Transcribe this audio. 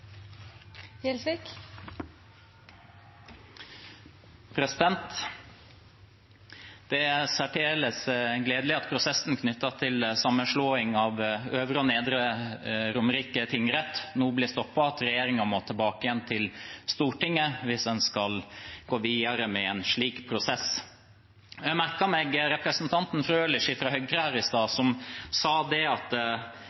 Det er særdeles gledelig at prosessen knyttet til sammenslåing av Øvre og Nedre Romerike tingrett nå blir stoppet, og at regjeringen må tilbake igjen til Stortinget hvis en skal gå videre med en slik prosess. Jeg merket meg at representanten Frølich fra Høyre her i stad